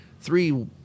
Three